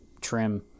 trim